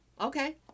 okay